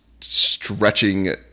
stretching